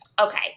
okay